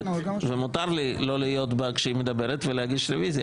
ומותר לי להיות בה כשהיא מדברת ולהגיש רוויזיה.